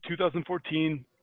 2014